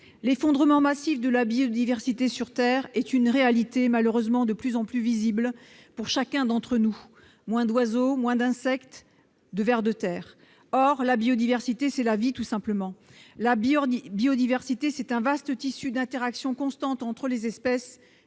l'effondrement massif de la biodiversité sur terre est une réalité malheureusement de plus en plus visible pour chacun d'entre nous : moins d'oiseaux moins d'insectes, moins de vers de terre ... Or la biodiversité, c'est la vie, tout simplement. La biodiversité, c'est un vaste tissu d'interactions constantes entre les espèces,